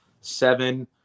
seven